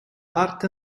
parte